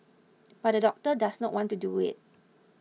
but the doctor does not want to do it